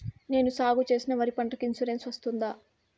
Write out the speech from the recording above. నేను సాగు చేసిన వరి పంటకు ఇన్సూరెన్సు వస్తుందా?